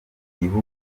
igihugu